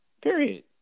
period